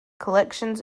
collections